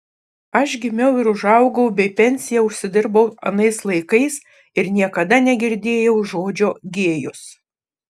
aš gimiau ir užaugau bei pensiją užsidirbau anais laikais ir niekada negirdėjau žodžio gėjus